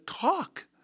talk